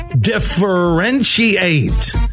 Differentiate